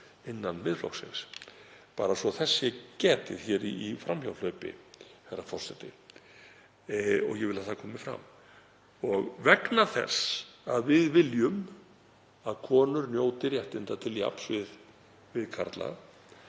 innan Miðflokksins, bara svo þess sé getið hér í framhjáhlaupi, herra forseti, ég vil að það komi fram. Og vegna þess að við viljum að konur njóti réttinda til jafns við karla